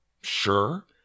Sure